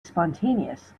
spontaneous